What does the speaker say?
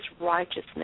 righteousness